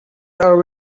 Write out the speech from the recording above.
are